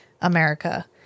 America